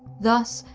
thus,